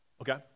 Okay